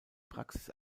praxis